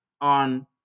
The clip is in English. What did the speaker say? on